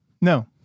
No